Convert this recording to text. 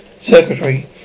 circuitry